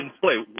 play